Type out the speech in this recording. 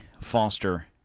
Foster